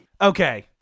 Okay